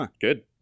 Good